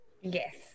Yes